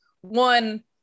One